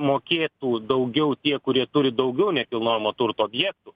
mokėtų daugiau tie kurie turi daugiau nekilnojamo turto objektų